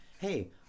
hey